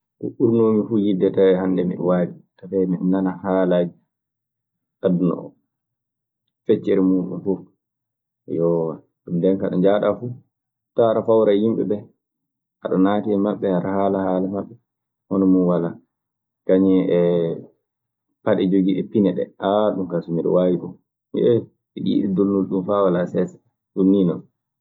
Ko ɓurnoomi fuu yiɗde tawee hannde miɗe waawi, tawee miɗe nana haalaaji aduna oo, feccere muuɗun fuf. ndeen kaa ɗo njahaɗaa fuf tawo aɗa fawra e yimɓe ɓee, aɗa naati e maɓɓe, aɗa haala haala maɓɓe. Hono mun walaa. Kañun e paɗe jogiiɗe pine ɗee, ɗun kaa so miɗe waawi ɗun. miɗe yiɗi donnude ɗun faa walaa sees, Ɗun nii non.